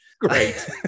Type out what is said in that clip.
Great